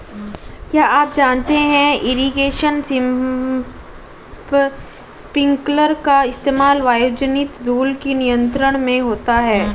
क्या आप जानते है इरीगेशन स्पिंकलर का इस्तेमाल वायुजनित धूल के नियंत्रण में होता है?